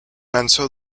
lanzó